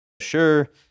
Sure